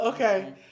Okay